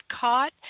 caught